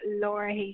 Laura